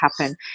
happen